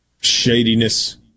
Shadiness